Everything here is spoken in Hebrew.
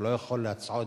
הוא לא יכול לצעוק,